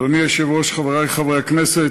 אדוני היושב-ראש, חברי חברי הכנסת,